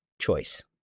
choice